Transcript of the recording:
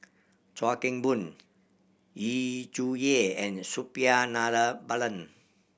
Chuan Keng Boon Yu Zhuye and Suppiah Dhanabalan